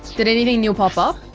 did anything new pop up?